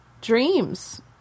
dreams